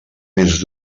més